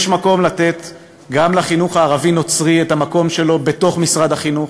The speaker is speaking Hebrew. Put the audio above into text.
יש מקום לתת גם לחינוך הערבי-נוצרי את המקום שלו בתוך משרד החינוך,